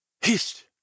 Hist